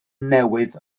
newydd